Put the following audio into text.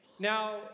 Now